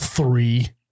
Three